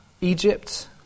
Egypt